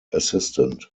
assistant